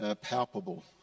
palpable